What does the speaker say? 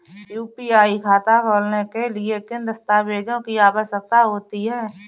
UPI खाता खोलने के लिए किन दस्तावेज़ों की आवश्यकता होती है?